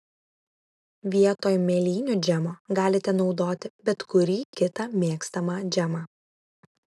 vietoj mėlynių džemo galite naudoti bet kurį kitą mėgstamą džemą